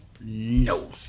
No